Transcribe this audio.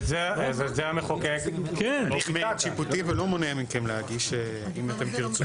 זה הליך מעין שיפוטי ולא מונע מכם להגיש אם אתם תרצו.